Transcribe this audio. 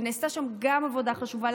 וגם שם נעשתה עבודה חשובה.